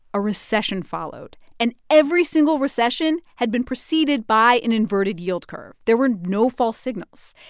a recession followed. and every single recession had been preceded by an inverted yield curve. there were no false signals.